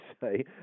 say